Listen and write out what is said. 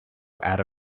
out